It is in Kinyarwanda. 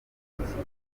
yabisabye